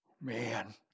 Man